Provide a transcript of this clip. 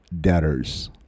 debtors